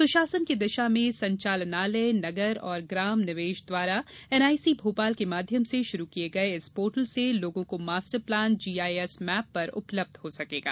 सुशासन की दिशा में संचालनालय नगर और ग्राम निवेश द्वारा एनआईसी भोपाल के माध्यम से शुरू किये गये इस पोर्टल से लोगों को मास्टर प्लान जीआईएस मेप पर उपलब्ध हो सकेगा